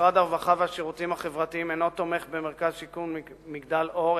משרד הרווחה והשירותים החברתיים אינו תומך במרכז שיקום "מגדל אור",